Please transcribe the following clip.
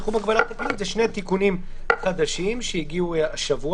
בתחום הגבלת הפעילות זה שני תיקונים חדשים שהגיעו השבוע